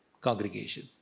congregation